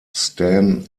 stan